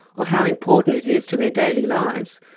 or how important it is to their daily lives,